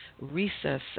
recess